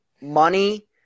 money